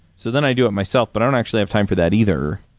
so then i do it myself, but i don't actually have time for that either.